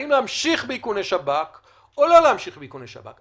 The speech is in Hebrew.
האם להמשיך באיכוני שב"כ או לא להמשיך באיכוני שב"כ.